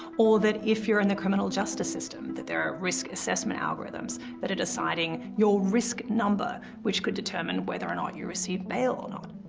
or that if you're in the criminal justice system, that there are risk assessment algorithms that are deciding your risk number, which could determine whether or not you receive bail or not.